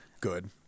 good